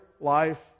life